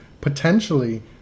potentially